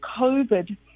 COVID